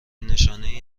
نشانهای